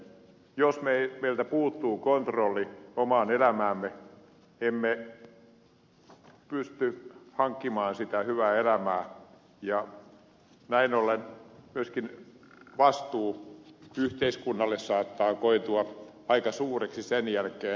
jos meiltä puuttuu kontrolli omaan elämäämme emme pysty hankkimaan sitä hyvää elämää ja näin ollen myöskin vastuu yhteiskunnalle saattaa koitua aika suureksi sen jälkeen